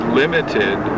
limited